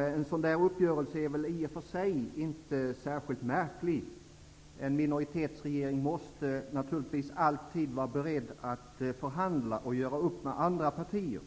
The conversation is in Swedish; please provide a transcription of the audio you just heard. En uppgörelse är i och för sig inte särskilt märklig. En minoritetsregering måste naturligtvis alltid vara beredd på att förhandla och göra upp med andra partier.